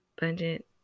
budget